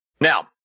Now